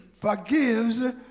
forgives